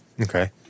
Okay